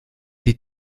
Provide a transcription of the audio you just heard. die